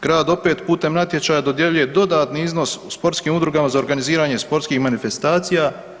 Grad opet putem natječaja dodjeljuje dodatni iznos sportskim udrugama za organiziranje sportskih manifestacija.